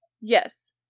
Yes